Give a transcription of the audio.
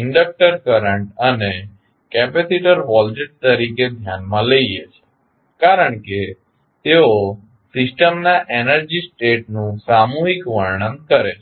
inductor current અને capacitor voltage તરીકે ધ્યાનમાં લઈએ છીએ કારણ કે તેઓ સિસ્ટમના એનર્જી સ્ટેટ નું સામૂહિક વર્ણન કરે છે